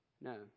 No